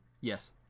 Yes